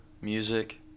music